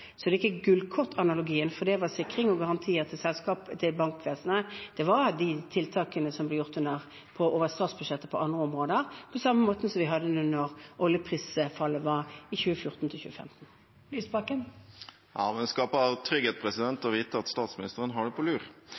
så det er ikke gullkortanalogien, for det var sikring og garantier til bankvesenet – det var de tiltakene som ble gjort over statsbudsjettet på andre områder, på samme måte som under oljeprisfallet i 2014–2015. Det åpnes for oppfølgingsspørsmål – først Audun Lysbakken. Det skaper trygghet å vite at statsministeren har det på lur.